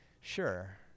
Sure